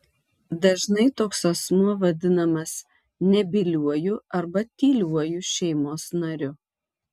dažnai toks asmuo vadinamas nebyliuoju arba tyliuoju šeimos nariu